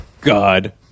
God